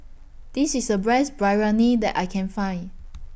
This IS The breast Biryani that I Can Find